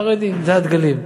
חרדים זה הדגלים.